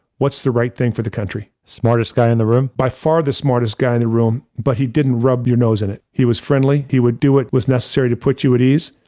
what's the right thing for the country. smartest guy in the room? by far the smartest guy in the room, but he didn't rub your nose in it. he was friendly, he would do it was necessary to put you at ease.